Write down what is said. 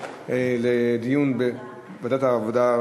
לדיון בוועדת העבודה,